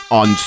on